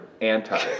anti